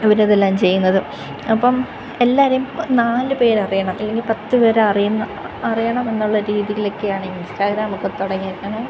അവർ ഇതെല്ലാം ചെയ്യുന്നത് അപ്പം എല്ലാവരെയും നാല് പേർ അറിയണം അല്ലെങ്കിൽ പത്ത് പേരെ അറിയുന്ന അറിയണം എന്നുള്ള രീതിയിലൊക്കെയാണ് ഇൻസ്റ്റഗ്രാം ഒക്കെ തുടങ്ങിയിരിക്കുന്നത്